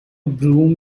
broom